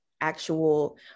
actual